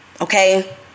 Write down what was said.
okay